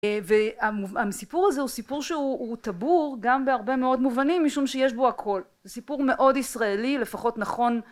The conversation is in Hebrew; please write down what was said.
והסיפור הזה הוא סיפור שהוא טבור גם בהרבה מאוד מובנים משום שיש בו הכל סיפור מאוד ישראלי, לפחות נכון...